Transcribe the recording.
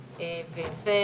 משמעותי.